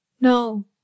No